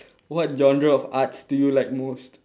what genre of arts do you like most